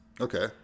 Okay